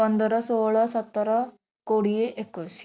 ପନ୍ଦର ଷୋହଳ ସତର କୋଡ଼ିଏ ଏକୋଇଶି